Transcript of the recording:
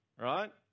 Right